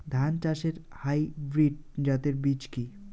ধান চাষের হাইব্রিড জাতের বীজ কি?